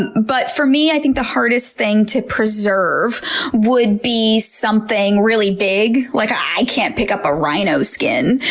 and but for me, i think the hardest thing to preserve would be something really big, like, i can't pick up a rhino skin!